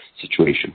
situation